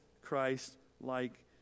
Christ-like